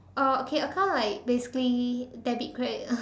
uh okay account like basically debit credit